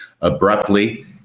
abruptly